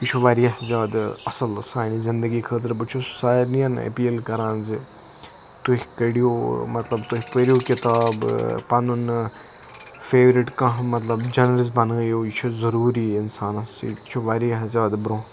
یہِ چھُ واریاہ زیادٕ اَصل سانہِ زِندگی خٲطرِ بہٕ چھُس سارنِٮ۪ن اپیٖل کَران زِ تُہۍ کٔڑِو مَطلَب تُہۍ پٔرِو کِتاب پَنُن فیورِٹ کانٛہہ مَطلَب جَنَرس بَنٲیِو یہِ چھُ ضروٗری اِنسانَس یہِ چھُ واریاہ زیادٕ برونٛہہ